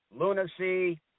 lunacy